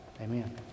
Amen